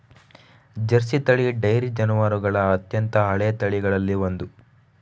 Jersey ತಳಿ dairy ಜಾನುವಾರುಗಳ ಅತ್ಯಂತ ಹಳೆಯ ತಳಿಗಳಲ್ಲಿ ಒಂದು